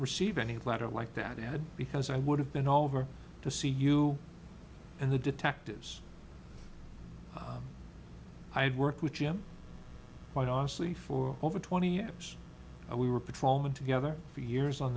receive any letter like that because i would have been all over to see you and the detectives i had worked with him quite honestly for over twenty years and we were patrolmen together for years on